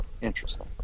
Interesting